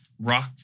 rock